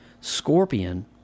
Scorpion